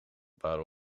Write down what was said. waren